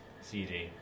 CD